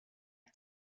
det